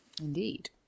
Indeed